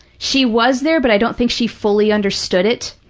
she was there but i don't think she fully understood it,